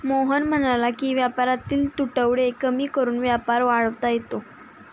मोहन म्हणाला की व्यापारातील तुटवडे कमी करून व्यापार वाढवता येतो